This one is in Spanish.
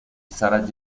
sarah